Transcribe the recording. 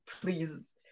please